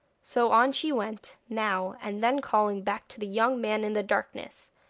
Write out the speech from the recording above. so on she went, now and then calling back to the young man in the darkness.